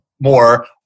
more